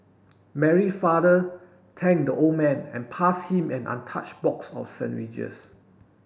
Mary father thank the old man and pass him an untouched box of sandwiches